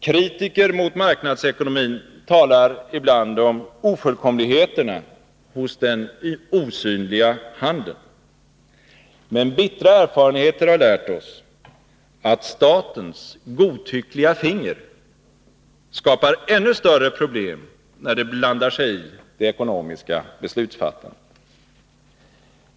Kritiker mot marknadsekonomin talar ofta om ofullkomligheterna hos ”den osynliga handen”. Men bittra erfarenheter har lärt oss att statens ”godtyckliga finger” skapar ännu större problem, när det blandar sig i det ekonomiska beslutsfattandet.